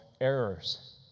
errors